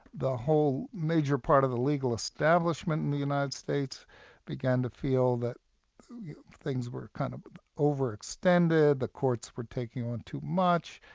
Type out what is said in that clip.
the whole major part of the legal establishment in the united states began to feel that things were kind of over-extended, the courts were taking on too much,